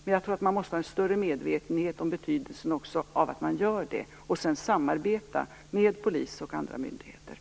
Men jag tror att man måste ha en större medvetenhet om betydelsen av att man gör det och sedan samarbeta med polis och andra myndigheter.